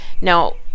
Now